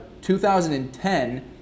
2010